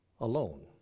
alone